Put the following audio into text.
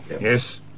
Yes